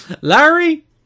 Larry